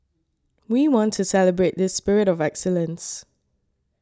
we want to celebrate this spirit of excellence